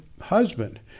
husband